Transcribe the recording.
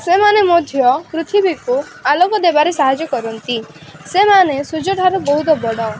ସେମାନେ ମଧ୍ୟ ପୃଥିବୀକୁ ଆଲୋକ ଦେବାରେ ସାହାଯ୍ୟ କରନ୍ତି ସେମାନେ ସୂର୍ଯ୍ୟଠାରୁ ବହୁତ ବଡ଼